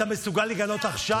אתה מסוגל לגנות עכשיו?